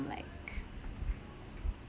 like